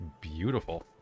Beautiful